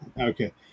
okay